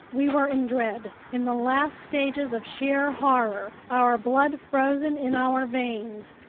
we were in dread, in the last stages of sheer horror, our blood frozen in our veins,